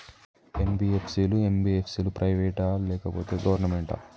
NBFC లు, MBFC లు private ఆ లేకపోతే గవర్నమెంటా?